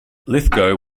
lithgow